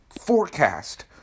forecast